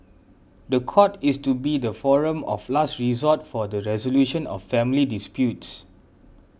the court is to be the forum of last resort for the resolution of family disputes